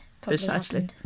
Precisely